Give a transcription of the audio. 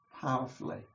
powerfully